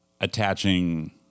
attaching